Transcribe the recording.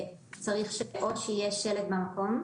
צריך או שיהיה שלט במקום,